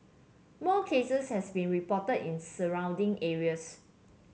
more cases has been reported in surrounding areas